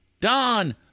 Don